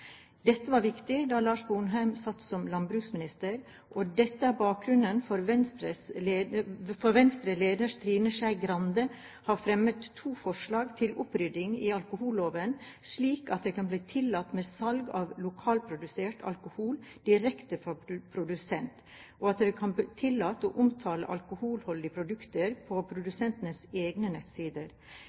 Dette var viktig da Lars Sponheim satt som landbruksminister, og dette er bakgrunnen for at Venstres leder Trine Skei Grande har fremmet to forslag til opprydding i alkoholloven, slik at det kan bli tillatt med salg av lokalprodusert alkohol direkte fra produsent, og at det kan bli tillatt å omtale alkoholholdige produkter på produsentenes egne nettsider.